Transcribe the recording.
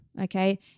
okay